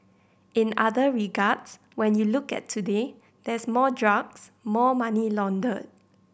in other regards when you look at today there's more drugs more money laundered